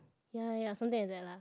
ya ya ya something like that lah